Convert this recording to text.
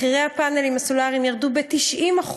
מחירי הפאנלים הסולריים ירדו ב-90%,